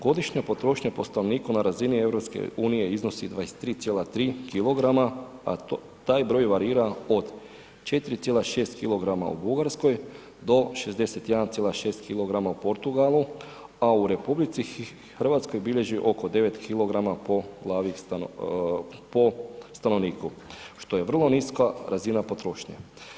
Godišnja potrošnja po stanovniku na razini EU-a iznosi 23,3% kg a taj broj varira od 4,6 kg u Bugarskoj do 61,6 kg u Portugalu a u RH bilježi oko 9 kg po stanovniku što je vrlo niska razina potrošnje.